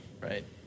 right